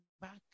back